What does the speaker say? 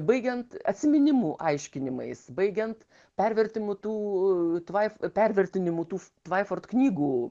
baigiant atsiminimų aiškinimais baigiant pervertimu tų tvai pervertinimų tų tvaiford knygų